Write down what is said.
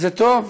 זה טוב.